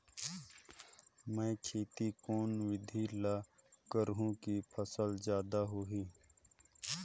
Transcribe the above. मै खेती कोन बिधी ल करहु कि फसल जादा होही